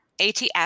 ATF